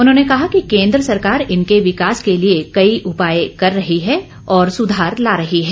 उन्होंने कहा कि केन्द्र सरकार इनके विकास के लिए कई उपाय कर रही है और सुधार ला रही है